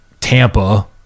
Tampa